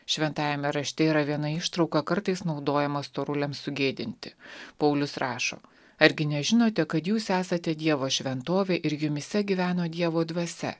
šventajame rašte yra viena ištrauka kartais naudojama storuliams sugėdinti paulius rašo argi nežinote kad jūs esate dievo šventovė ir jumyse gyveno dievo dvasia